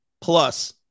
Plus